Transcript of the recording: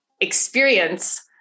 experience